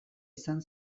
izan